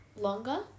longer